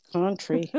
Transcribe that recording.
country